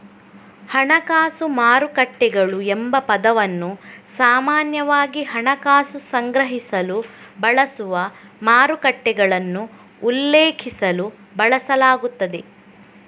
ಹಣಕಾಸು ಮಾರುಕಟ್ಟೆಗಳು ಎಂಬ ಪದವನ್ನು ಸಾಮಾನ್ಯವಾಗಿ ಹಣಕಾಸು ಸಂಗ್ರಹಿಸಲು ಬಳಸುವ ಮಾರುಕಟ್ಟೆಗಳನ್ನು ಉಲ್ಲೇಖಿಸಲು ಬಳಸಲಾಗುತ್ತದೆ